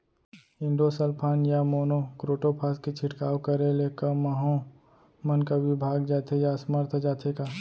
Endosulfan या monocrotophos के छिड़काव करे ले क माहो मन का विभाग जाथे या असमर्थ जाथे का?